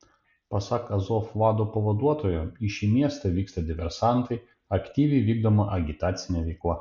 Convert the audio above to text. pasak azov vado pavaduotojo į šį miestą vyksta diversantai aktyviai vykdoma agitacinė veikla